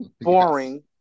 Boring